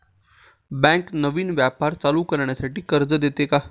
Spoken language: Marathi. बँक नवीन व्यापार चालू करण्यासाठी कर्ज देते का?